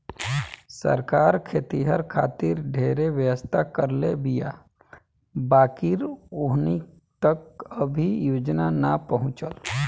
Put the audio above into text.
सरकार खेतिहर खातिर ढेरे व्यवस्था करले बीया बाकिर ओहनि तक अभी योजना ना पहुचल